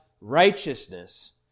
righteousness